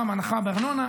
הנחה בארנונה,